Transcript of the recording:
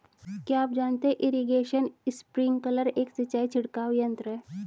क्या आप जानते है इरीगेशन स्पिंकलर एक सिंचाई छिड़काव यंत्र है?